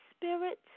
spirit